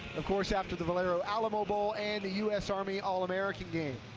of course after the valero alamobowl and the u s. army all american game.